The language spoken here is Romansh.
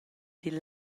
dil